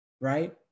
right